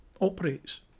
operates